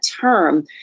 term